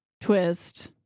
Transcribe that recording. twist